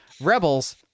Rebels